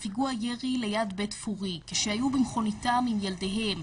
בהיבטים הצנזורליים,